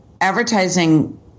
Advertising